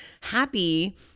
happy